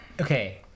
Okay